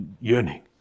yearning